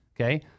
Okay